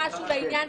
מי בעד?